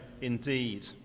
indeed